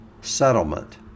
settlement